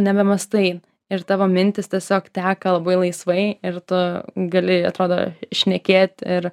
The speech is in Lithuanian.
nebemąstai ir tavo mintys tiesiog teka labai laisvai ir tu gali atrodo šnekėt ir